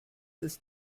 ist